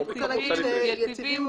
אני מציעה לומר: "יציבים,